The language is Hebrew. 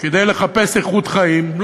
כדי לחפש איכות חיים.